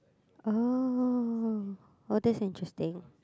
oh oh that's interesting